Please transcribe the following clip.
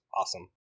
awesome